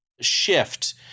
shift